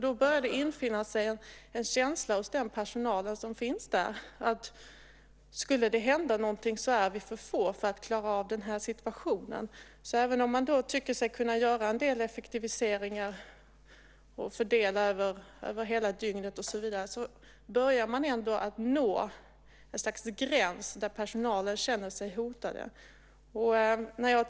Då börjar det hos den personal som finns där infinna sig en känsla av att de är för få för att klara situationen om det skulle hända någonting. Även om man tycker sig kunna göra en del effektiviseringar, fördela över hela dygnet och så vidare börjar man nå ett slags gräns där personalen känner sig hotad.